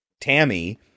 Tammy